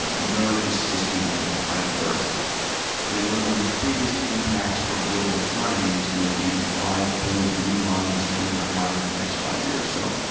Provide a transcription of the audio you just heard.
nervous system of planet earth and one of the biggest impacts for global economy is going to be five billion new minds coming online over the next five years. so,